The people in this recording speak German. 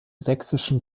sächsischen